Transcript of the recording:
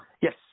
Yes